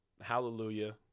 hallelujah